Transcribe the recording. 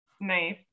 Nice